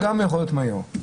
הדיון יכול להיות מהיר.